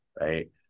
right